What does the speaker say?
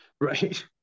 Right